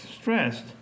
stressed